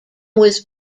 was